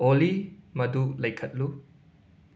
ꯑꯣꯂꯤ ꯃꯗꯨ ꯂꯩꯈꯠꯂꯨ